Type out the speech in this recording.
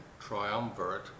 triumvirate